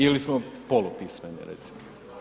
Ili smo polupismeni, recimo.